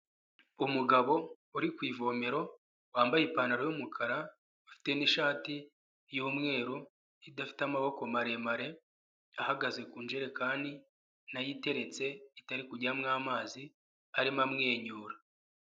Umugabo uri ku ivomero, wambaye ipantaro y'umukara afite n'ishati y'umweru, idafite amaboko maremare, ahagaze ku ijerekani na yo iteretse itari kujyamo amazi arimo amwenyura.